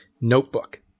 Notebook